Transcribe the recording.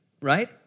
right